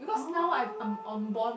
oh